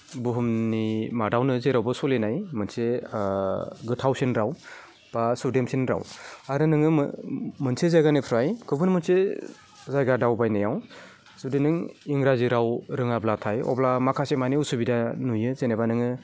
बुहुमनि मादावनो जेरावबो सोलिनाय मोनसे गोथावसिन राव बा सुदेमसिन राव आरो नोङो मोनसे जायगानिफ्राय गुबुन मोनसे जायगा दावबायनायाव जुदि नों इंराजि राव रोङाब्लाथाय अब्ला माखासेमानि उसुबिदा नुयो जेनेबा नोङो